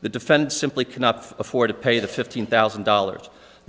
the defense simply cannot afford to pay the fifteen thousand dollars t